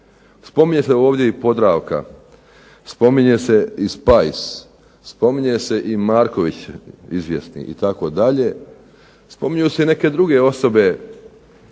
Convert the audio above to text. Spominje se ovdje i "Podravka", spominje se i Spice, spominje se i Marković izvjesni itd., spominju se i neke druge osobe